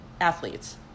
athletes